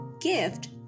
GIFT